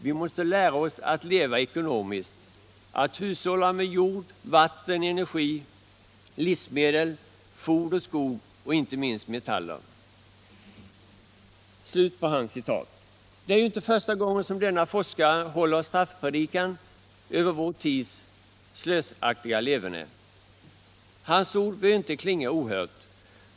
Vi måste lära oss att leva ekonomiskt, att hushålla med jord, vatten, energi, livsmedel, foder, skog och inte minst metaller.” Det är ju inte första gången som denne forskare håller straffpredikan över vår tids slösaktiga leverne. Hans ord bör inte få förklinga ohörda.